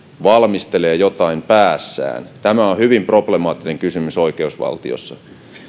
valmistelee jotain päässään tämä on hyvin problemaattista oikeusvaltiossa